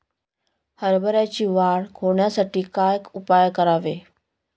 हरभऱ्याची वाढ होण्यासाठी काय उपाय करावे?